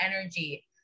energy